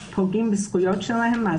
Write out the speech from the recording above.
לא,